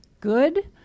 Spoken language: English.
good